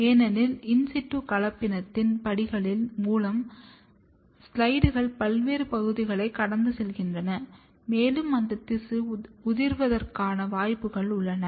ஏனெனில் in situ கலப்பினத்தின் படிகளின் மூலம் ஸ்லைடுகள் பல்வேறு பகுதிகளை கடந்து செல்கின்றன மேலும் அந்த திசு உதிர்வதற்கான வாய்ப்புகள் உள்ளன